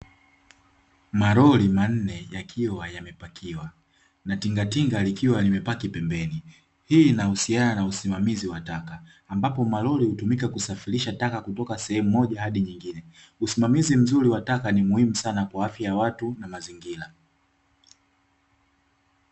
Malori manne yakiwa yamepakiwa na tingatinga likiwa limepaki pembeni, hii inahusiana na usimamizi wa taka ambapo malori hutumika kusafirisha taka kutoka sehemu moja hadi nyingine. Usimamizi mzuri wa taka ni muhimu sana kwa afya watu na mazingira.